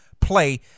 play